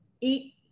eat